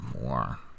more